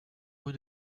rue